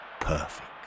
perfect